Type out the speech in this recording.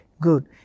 Good